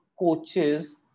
coaches